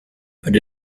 but